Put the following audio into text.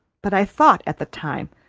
but i thought, at the time,